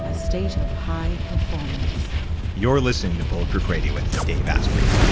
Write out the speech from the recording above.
ah station of high performance you're listening to bulletproof radio with dave asprey